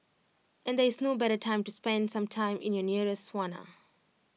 and there is no better time to spend some time in your nearest sauna